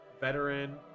veteran